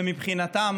ומבחינתם